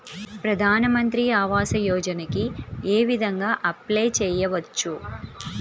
ప్రధాన మంత్రి ఆవాసయోజనకి ఏ విధంగా అప్లే చెయ్యవచ్చు?